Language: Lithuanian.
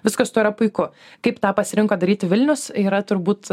viskas tuo yra puiku kaip tą pasirinko daryti vilnius yra turbūt